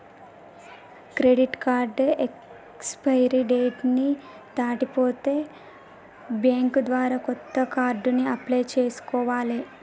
credit card expiry date ని దాటిపోతే bank ద్వారా కొత్త కార్డుకి అప్లై చేసుకోవాలే